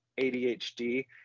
ADHD